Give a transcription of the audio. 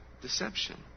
deception